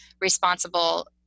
responsible